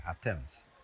attempts